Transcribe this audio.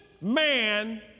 man